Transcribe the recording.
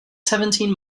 seventeen